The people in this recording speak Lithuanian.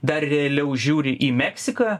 dar realiau žiūri į meksiką